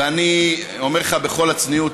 ואני אומר לך בכל הצניעות,